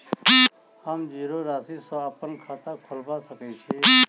हम जीरो राशि सँ अप्पन खाता खोलबा सकै छी?